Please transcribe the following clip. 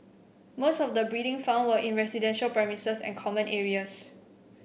most of the breeding found were in residential premises and common areas